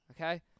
okay